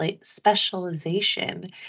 specialization